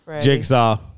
Jigsaw